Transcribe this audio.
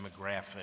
demographic